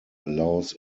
allows